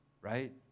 right